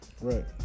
Right